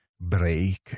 break